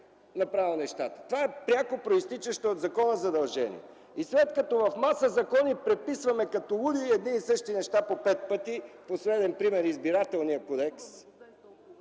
оправил нещата.” Това е пряко произтичащо от закона задължение. След като в маса закони предписваме като луди едни и същи неща по пет пъти, последен пример – Изборният кодекс,